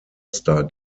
star